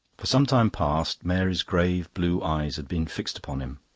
for some time past mary's grave blue eyes had been fixed upon him.